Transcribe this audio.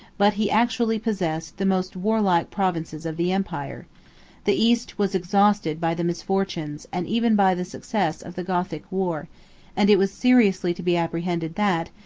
but he actually possessed, the most warlike provinces of the empire the east was exhausted by the misfortunes, and even by the success, of the gothic war and it was seriously to be apprehended, that,